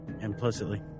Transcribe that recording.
implicitly